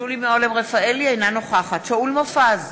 אינה נוכחת שאול מופז,